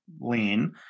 lean